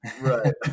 Right